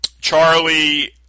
Charlie